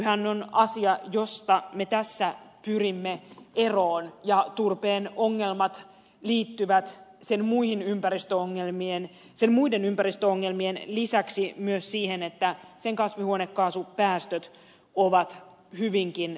öljyhän on asia josta me tässä pyrimme eroon ja turpeen ongelmat liittyvät sen muiden ympäristöongelmien lisäksi myös siihen että sen kasvihuonekaasupäästöt ovat hyvinkin suuret